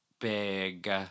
big